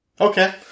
Okay